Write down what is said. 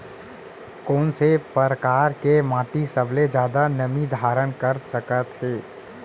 कोन से परकार के माटी सबले जादा नमी धारण कर सकत हे?